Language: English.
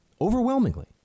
Overwhelmingly